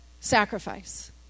sacrifice